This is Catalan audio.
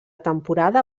temporada